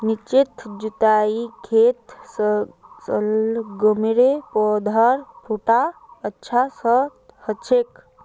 निचोत जुताईर खेतत शलगमेर पौधार फुटाव अच्छा स हछेक